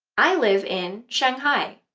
i live in shanghai.